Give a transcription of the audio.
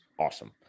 awesome